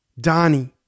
Donnie